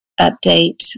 update